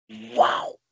wow